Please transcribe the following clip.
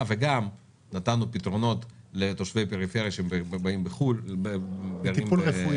וגם נתנו פתרונות לתושבים שגרים בפריפריה